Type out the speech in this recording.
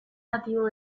nativo